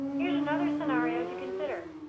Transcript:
here's another scenario to consider.